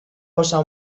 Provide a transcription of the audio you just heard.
cosa